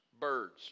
birds